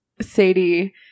Sadie